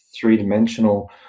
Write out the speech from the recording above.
three-dimensional